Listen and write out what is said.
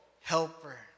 helper